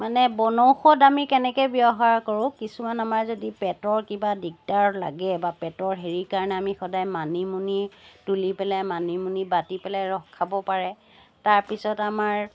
মানে বনৌষধ আমি কেনেকৈ ব্যৱহাৰ কৰোঁ কিছুমান আমাৰ যদি পেটৰ কিবা দিগদাৰ লাগে বা পেটৰ হেৰিৰ কাৰণে আমি সদায় মানিমুনি তুলি পেলাই মানিমুনি বাটি পেলাই ৰস খাব পাৰে তাৰপিছত আমাৰ